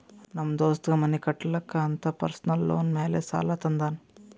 ನಮ್ ದೋಸ್ತಗ್ ಮನಿ ಕಟ್ಟಲಾಕ್ ಅಂತ್ ಪರ್ಸನಲ್ ಲೋನ್ ಮ್ಯಾಲೆ ಸಾಲಾ ತಂದಾನ್